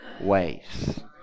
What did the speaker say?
ways